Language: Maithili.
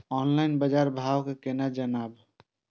ऑनलाईन बाजार भाव केना जानब?